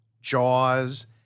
Jaws